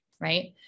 right